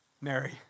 Mary